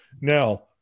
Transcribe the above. Now